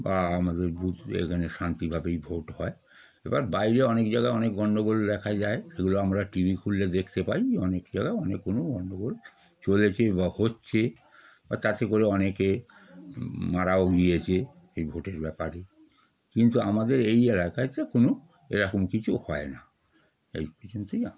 বা আমাদের বুথ তো এখানে শান্তিভাবেই ভোট হয় এবার বাইরে অনেক জায়গায় অনেক গণ্ডগোল দেখা যায় সেগুলো আমরা টিভি খুললে দেখতে পাই অনেক জায়গায় অনেক কোনো গণ্ডগোল চলেছে বা হচ্ছে বা তাতে করে অনেকে মারাও গিয়েছে এই ভোটের ব্যাপারে কিন্তু আমাদের এই এলাকাতে কোনো এরকম কিছু হয় না এই পর্যন্তই আমি